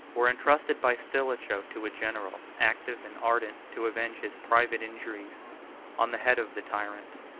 were intrusted by stilicho to a general, active and ardent to avenge his private injuries on the head of the tyrant.